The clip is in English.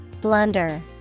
Blunder